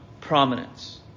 prominence